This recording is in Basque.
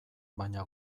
baina